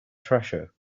treasure